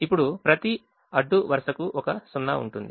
ఇప్పుడు ప్రతి అడ్డు వరుసకు ఒక 0 ఉంటుంది